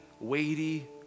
weighty